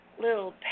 little